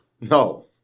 No